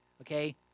Okay